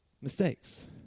mistakes